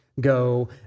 go